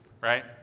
right